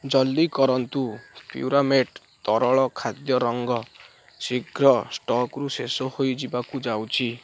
ଜଲ୍ଦି କରନ୍ତୁ ପ୍ୟୁରାମେଟ୍ ତରଳ ଖାଦ୍ୟ ରଙ୍ଗ ଶୀଘ୍ର ଷ୍ଟକ୍ରୁ ଶେଷ ହୋଇଯିବାକୁ ଯାଉଛି